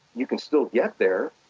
you can still yeah there,